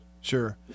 Sure